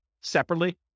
separately